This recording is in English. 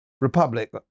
Republic